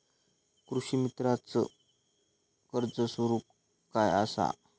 कृषीमित्राच कर्ज स्वरूप काय असा?